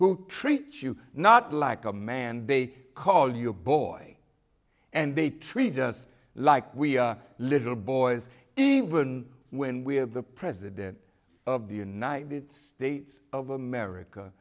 who treat you not like a man they call your boy and they treat us like we are little boys even when we have the president of the united states of america